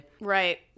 right